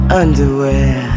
underwear